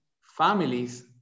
families